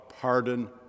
pardon